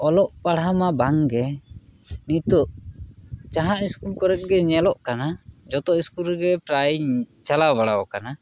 ᱚᱞᱚᱜ ᱯᱟᱲᱦᱟᱣ ᱢᱟ ᱵᱟᱝ ᱜᱮ ᱱᱤᱛᱚᱜ ᱡᱟᱦᱟᱱ ᱤᱥᱠᱩᱞ ᱠᱚᱨᱮ ᱜᱮ ᱧᱮᱞᱚᱜ ᱠᱟᱱᱟ ᱡᱚᱛᱚ ᱤᱥᱠᱩᱞ ᱨᱮᱜᱮ ᱯᱨᱟᱭ ᱪᱟᱞᱟᱣ ᱵᱟᱲᱟ ᱟᱠᱟᱱᱟ